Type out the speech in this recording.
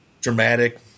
dramatic